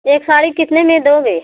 एक साड़ी कितने में दोगे